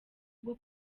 bwo